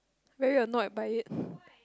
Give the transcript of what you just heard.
very annoyed by it